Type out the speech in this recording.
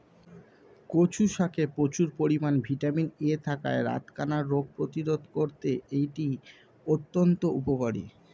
কচু শাকে প্রচুর পরিমাণে ভিটামিন এ থাকায় রাতকানা রোগ প্রতিরোধে করতে এটি অত্যন্ত উপকারী